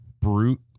brute